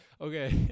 Okay